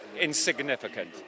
insignificant